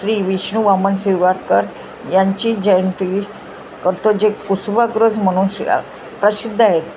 श्री विष्णू वामन शिरवाडकर यांची जयंती करतो जे कुसुमाग्रज म्हणून प्रसिद्ध आहेत